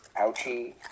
ouchie